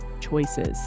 choices